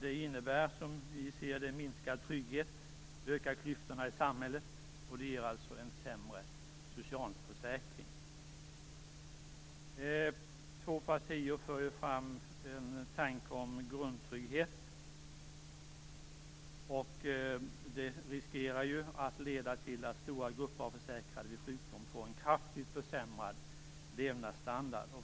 Detta innebär som vi ser det minskad trygghet och ökade klyftor i samhället. Det ger alltså en sämre socialförsäkring. Två partier för fram en tanke om grundtrygghet. Det riskerar att leda till att stora grupper av försäkrade vid sjukdom får en kraftigt försämrad levnadsstandard.